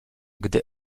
gdy